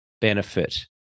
benefit